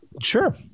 Sure